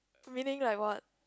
meaning like what